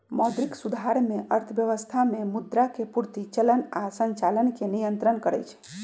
मौद्रिक सुधार में अर्थव्यवस्था में मुद्रा के पूर्ति, चलन आऽ संचालन के नियन्त्रण करइ छइ